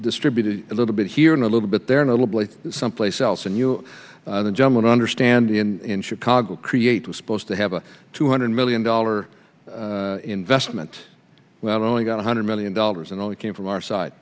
distributed a little bit here and a little bit there and a lovely someplace else and you just don't understand the in chicago create was supposed to have a two hundred million dollar investment not only got one hundred million dollars and all that came from our side